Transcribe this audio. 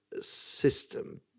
system